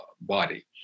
body